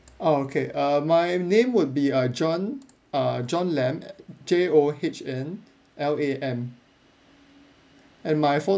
ah okay uh my name would be uh john err john lam J O H N L A M and my phone